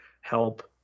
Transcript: help